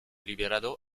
liberado